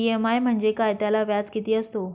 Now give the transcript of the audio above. EMI म्हणजे काय? त्याला व्याज किती असतो?